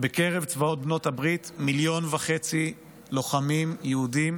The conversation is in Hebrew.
בקרב צבאות בנות הברית לחמו מיליון וחצי חיילים יהודים,